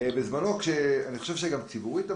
בהצעה אני חושב שאמרת את זה ציבורית,